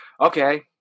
okay